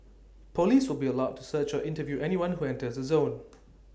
Police will be allowed to search or interview anyone who enters the zone